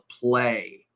play